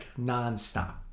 nonstop